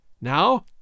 Now